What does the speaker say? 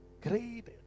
Great